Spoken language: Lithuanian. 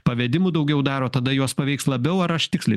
pavedimų daugiau daro tada juos paveiks labiau ar aš tiksliai